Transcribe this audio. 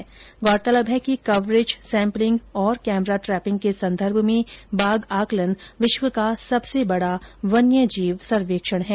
गौरतलब है कि कवरेज सैम्पलिंग और कैमरा ट्रैपिंग के संदर्भ में बाघ आकलन विश्व का सबसे बड़ा वन्य जीव सर्वेक्षण हैं